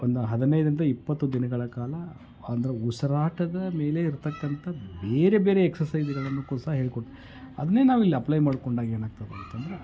ಒಂದ ಹದಿನೈದರಿಂದ ಇಪ್ಪತ್ತು ದಿನಗಳ ಕಾಲ ಅಂದರೆ ಉಸಿರಾಟದ ಮೇಲೆ ಇರತಕ್ಕಂತ ಬೇರೆ ಬೇರೆ ಎಕ್ಸಸೈಸ್ಗಳನ್ನು ಕೋ ಸಹ ಹೇಳ್ಕೊಟ್ಟು ಅದನ್ನೇ ನಾವು ಇಲ್ಲಿ ಅಪ್ಲೈ ಮಾಡಿಕೊಂಡಾಗ ಏನಾಗ್ತದಂತಂದರೆ